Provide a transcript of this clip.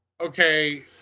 Okay